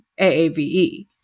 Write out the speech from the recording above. AAVE